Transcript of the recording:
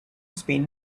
spend